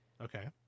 Okay